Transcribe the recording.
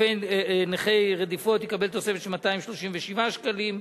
נכי רדיפות הנאצים יקבל תוספת של 237 שקלים,